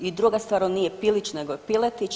I druga stvar on nije Pilić nego je Piletić.